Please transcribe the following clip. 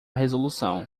resolução